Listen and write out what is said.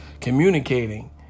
communicating